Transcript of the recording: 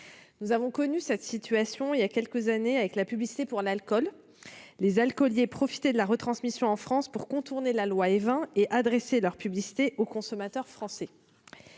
Nous avons connu cette situation, voilà quelques années, avec la publicité pour l'alcool. Les alcooliers profitaient de la retransmission en France pour contourner la loi Évin et adresser leurs publicités aux consommateurs français.